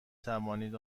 توانید